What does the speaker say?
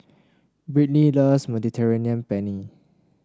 Brittnee loves Mediterranean Penne